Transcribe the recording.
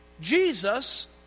Jesus